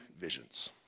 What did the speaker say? visions